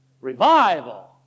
Revival